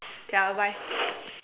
okay ah bye